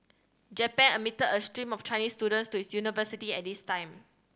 japan admitted a stream of Chinese students to its universities at this time